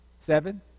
Seven